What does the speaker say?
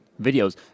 videos